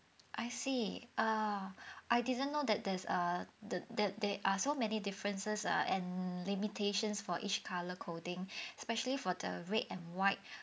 I see err I didn't know that there's a the that there are so many differences uh and limitations for each colour coding especially for the red and white